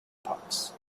pox